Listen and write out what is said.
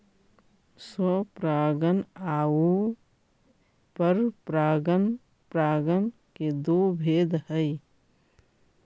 स्वपरागण आउ परपरागण परागण के दो भेद हइ